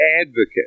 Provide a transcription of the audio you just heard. advocate